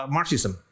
Marxism